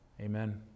amen